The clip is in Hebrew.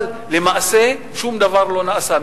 למעשה שום דבר לא נעשה.